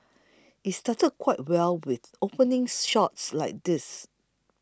it started quite well with opening shots like these